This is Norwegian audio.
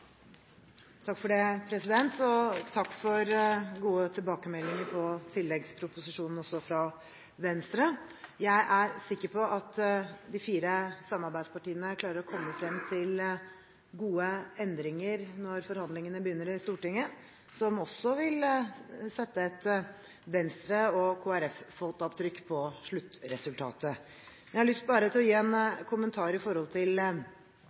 Takk for gode tilbakemeldinger på tilleggsproposisjonen, også fra Venstre. Jeg er sikker på at de fire samarbeidspartiene klarer å komme frem til gode endringer når forhandlingene begynner i Stortinget, som også vil sette et Venstre- og Kristelig Folkeparti-fotavtrykk på sluttresultatet. Jeg har lyst å gi en kommentar til det som gjelder utdanningsfeltet: Det er et budsjett som satser kraftig på utdanning. Vi gir studentene et rekordløft i